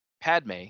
Padme